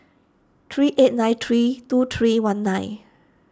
three eight nine three two three one nine